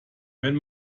wenn